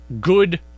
good